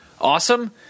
awesome